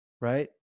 right